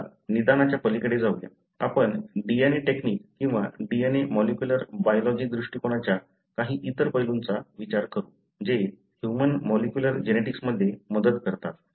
चला निदानाच्या पलीकडे जाऊया आपण DNA टेक्नीक किंवा DNA मॉलिक्युलर बायलॉजि दृष्टिकोनाच्या काही इतर पैलूंचा विचार करू जे ह्यूमन मॉलिक्युलर जेनेटिक्समध्ये मदत करतात